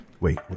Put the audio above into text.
wait